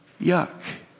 Yuck